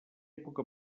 època